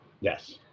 Yes